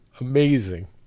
Amazing